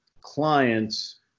clients